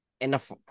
Enough